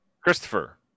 Christopher